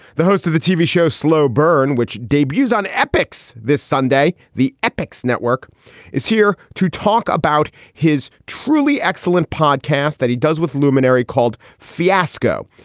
the host of the tv show slow burn, which debuts on epix this sunday the epix network is here to talk about his truly excellent podcast that he does with luminary called fiasco.